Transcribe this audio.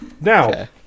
now